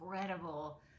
incredible